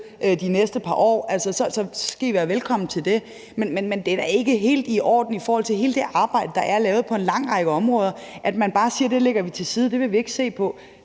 de næste par år, skal I være velkommen til det. Men det er da ikke helt i orden i forhold til hele det arbejde, der er lavet på en lang række områder, at man bare siger: Det lægger vi til side; det vil vi ikke se på.